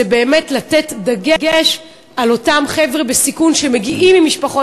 זה באמת לתת דגש על אותם חבר'ה בסיכון שמגיעים ממשפחות